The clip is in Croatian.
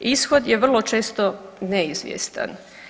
Ishod je vrlo često neizvjestan.